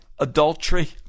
adultery